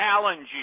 challenge